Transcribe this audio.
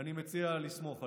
אני מציע לסמוך עליה.